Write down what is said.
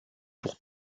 pour